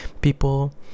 people